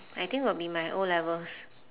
I think would be my O-levels